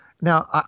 Now